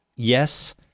Yes